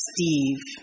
Steve